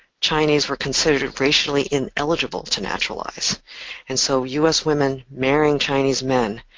chinese were considered racially ineligible to naturalize and so us women marrying chinese men